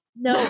No